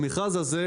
במכרז הזה,